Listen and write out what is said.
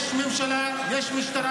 יש ממשלה, יש משטרה,